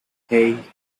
hey